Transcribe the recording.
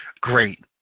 great